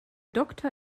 doktor